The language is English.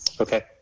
Okay